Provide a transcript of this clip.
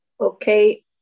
Okay